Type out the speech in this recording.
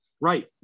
right